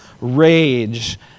Rage